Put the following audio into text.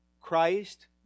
Christ